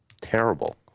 Terrible